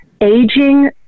aging